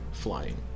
flying